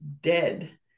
dead